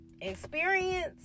experience